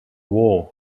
war